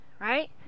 right